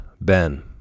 ben